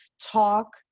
talk